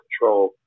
control